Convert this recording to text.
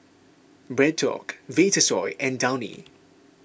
BreadTalk Vitasoy and Downy